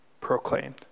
proclaimed